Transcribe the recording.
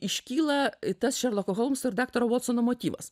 iškyla tas šerloko holmso ir daktaro votsono motyvas